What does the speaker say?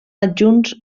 adjunts